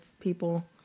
people